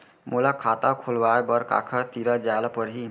मोला खाता खोलवाय बर काखर तिरा जाय ल परही?